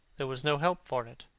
there was no help for it.